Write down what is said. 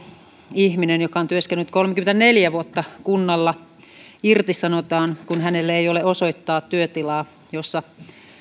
ihminen joka on työskennellyt kolmekymmentäneljä vuotta kunnalla irtisanotaan kun hänelle ei ole osoittaa työtilaa jossa